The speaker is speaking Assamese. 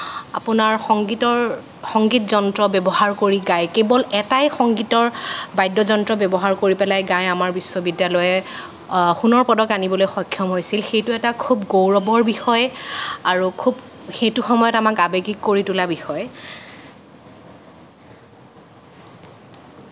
আপোনাৰ সংগীতৰ সংগীত যন্ত্ৰ ব্যৱহাৰ কৰি গাই কেৱল এটাই সংগীতৰ বাদ্য যন্ত্ৰ ব্যৱহাৰ কৰি পেলাই গাই আমাৰ বিশ্ববিদ্যালয়ে সোণৰ পদক আনিবলৈ সক্ষম হৈছিল সেইটো এটা খুব গৌৰৱৰ বিষয় আৰু খুব সেইটো সময়ত আমাক আৱেগিক কৰি তোলা বিষয়